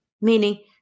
Meaning